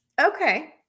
okay